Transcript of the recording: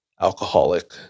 alcoholic